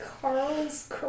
Carl's